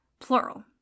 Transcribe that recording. plural